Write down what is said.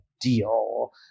deal